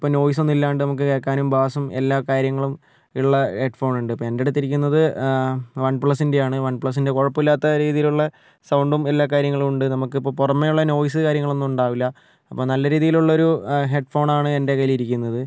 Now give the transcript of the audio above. ഇപ്പം നോയ്സ് ഒന്നും ഇല്ലാണ്ട് നമുക്ക് കേൾക്കാനും ബാസ്സും എല്ലാ കാര്യങ്ങളും ഉള്ള ഹെഡ്ഫോൺ ഉണ്ട് ഇപ്പം എന്റെ അടുത്തിരിക്കുന്നത് വൺ പ്ലസിൻ്റെ ആണ് വൺ പ്ലസിൻ്റെ കുഴപ്പമില്ലാത്ത രീതിയിലുള്ള സൗണ്ടും എല്ലാ കാര്യങ്ങളും ഉണ്ട് നമുക്ക് ഇപ്പോൾ പുറമേയുള്ള നോയ്സ് കാര്യങ്ങളൊന്നും ഉണ്ടാവില്ല അപ്പം നല്ല രീതിയിലുള്ള ഒരു ഹെഡ്ഫോൺ ആണ് എൻ്റെ കയ്യിലിരിക്കുന്നത്